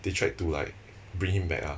they tried to like bring him back ah